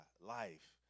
life